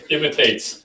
imitates